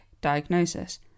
Diagnosis